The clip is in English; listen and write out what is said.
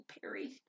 Perry